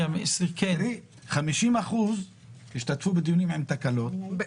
50% השתתפו בדיונים עם תקלות,